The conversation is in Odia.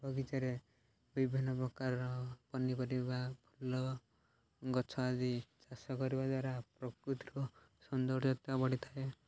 ବଗିଚାରେ ବିଭିନ୍ନ ପ୍ରକାରର ପନିପରିବା ଫୁଲ ଗଛ ଆଦି ଚାଷ କରିବା ଦ୍ୱାରା ପ୍ରକୃତିରୁ ସୌନ୍ଦର୍ଯ୍ୟତା ବଢ଼ିଥାଏ